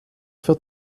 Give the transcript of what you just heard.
für